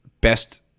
best